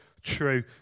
true